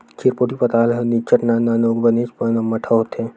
चिरपोटी पताल ह निच्चट नान नान अउ बनेचपन अम्मटहा होथे